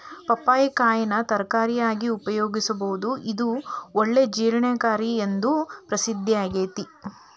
ಪಪ್ಪಾಯಿ ಕಾಯಿನ ತರಕಾರಿಯಾಗಿ ಉಪಯೋಗಿಸಬೋದು, ಇದು ಒಳ್ಳೆ ಜೇರ್ಣಕಾರಿ ಎಂದು ಪ್ರಸಿದ್ದಾಗೇತಿ